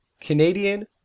Canadian